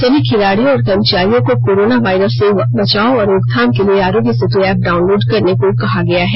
सभी खिलाडियों और कर्मचारियों को कोरोना वायरस से बचाव और रोकथाम के लिए आरोग्य सेतु ऐप डाउनलोड करने को कहा गया है